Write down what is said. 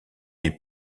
est